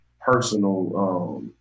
personal